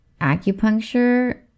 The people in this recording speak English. acupuncture